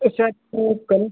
cheque book